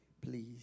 please